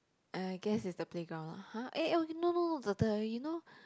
I guess it's the playground (uh huh) eh no no no the the you know